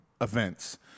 events